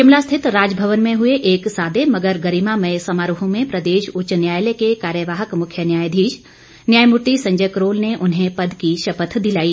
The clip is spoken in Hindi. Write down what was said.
शिमला स्थित राजभवन में हुए एक सादे मगर गरिमामय समारोह में प्रदेश उच्च न्यायालय के कार्यवाहक मुख्य न्यायाधीश न्यायमूर्ति संजय करोल ने उन्हें पद की शपथ दिलाई